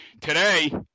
Today